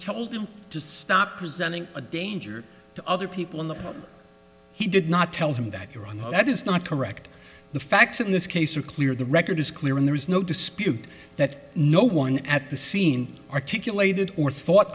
him to stop presenting a danger to other people in that he did not tell him that you're wrong that is not correct the facts in this case are clear the record is clear and there is no dispute that no one at the scene articulated or thought